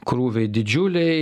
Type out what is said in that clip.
krūviai didžiuliai